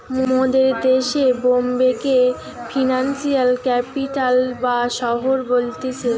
মোদের দেশে বোম্বে কে ফিনান্সিয়াল ক্যাপিটাল বা শহর বলতিছে